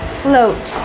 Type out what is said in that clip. float